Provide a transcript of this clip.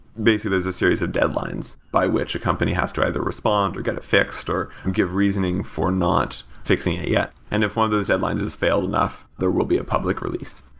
basically, there's a series of deadlines by which a company has to either respond or get it fixed or give reasoning for not fixing it yet. and if one of those deadlines has failed enough, there will be a public release.